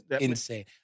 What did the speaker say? Insane